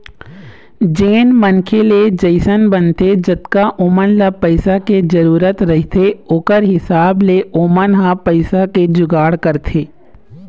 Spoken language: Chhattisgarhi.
जेन मनखे ले जइसन बनथे जतका ओमन ल पइसा के जरुरत रहिथे ओखर हिसाब ले ओमन ह पइसा के जुगाड़ करथे